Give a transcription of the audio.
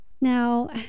Now